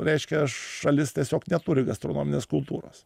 reiškia šalis tiesiog neturi gastronominės kultūros